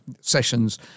sessions